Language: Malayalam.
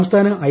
സംസ്ഥാന ഐ